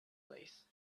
place